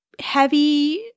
heavy